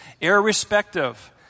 irrespective